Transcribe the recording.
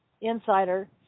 Insider